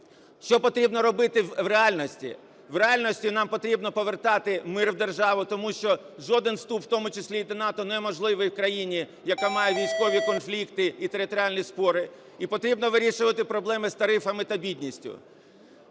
Що потрібно робити в реальності? В реальності нам потрібно повертати мир в державу, тому що жоден вступ, в тому числі і до НАТО, неможливий в країні, яка має військові конфлікти і територіальні спори. І потрібно вирішувати проблеми з тарифами та бідністю.